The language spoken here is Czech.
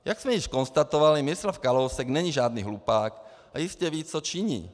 Jak jsme již konstatovali, Miroslav Kalousek není žádný hlupák a jistě ví, co činí.